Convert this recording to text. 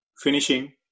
finishing